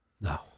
No